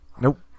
Nope